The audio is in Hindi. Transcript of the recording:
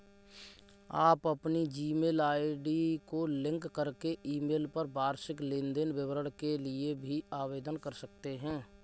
आप अपनी जीमेल आई.डी को लिंक करके ईमेल पर वार्षिक लेन देन विवरण के लिए भी आवेदन कर सकते हैं